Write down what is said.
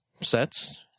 sets